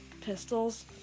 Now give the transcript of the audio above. pistols